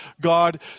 God